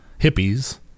hippies